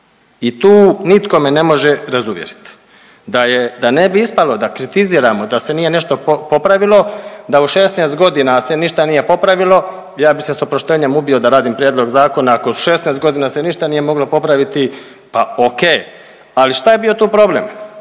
I tu nitko me ne može razuvjeriti da je, da ne bi ispalo da kritiziramo, da se nije nešto popravilo, da u 16 godina se ništa nije popravilo ja bi se s oproštenjem ubio da radim prijedlog zakona ako 16 godina se ništa nije moglo popraviti, pa ok, ali šta je bio tu problem,